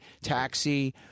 Taxi